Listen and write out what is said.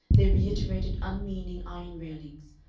their reiterated unmeaning iron railings,